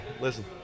Listen